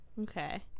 Okay